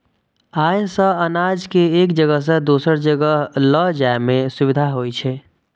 अय सं अनाज कें एक जगह सं दोसर जगह लए जाइ में सुविधा होइ छै